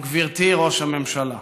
וגברתי ראש הממשלה.